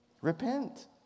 Repent